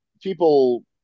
people